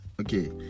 okay